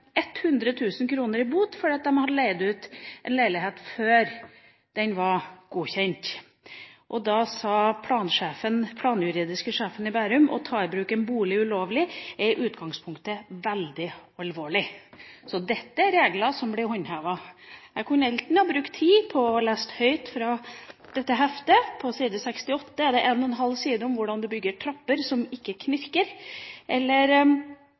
i bot, fordi de hadde leid ut en leilighet før den var godkjent. Da sa den planjuridiske sjefen i Bærum at det å ta i bruk en bolig ulovlig i utgangspunktet er veldig alvorlig. Så dette er regler som blir håndhevet. Jeg kunne brukt tid på å lese høyt fra dette heftet. På side 68 er det en og en halv side om hvordan man bygger trapper som ikke knirker.